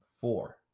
four